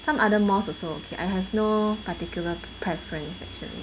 some other malls also okay I have no particular preference actually